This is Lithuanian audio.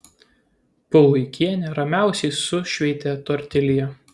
puluikienė ramiausiai sušveitė tortilją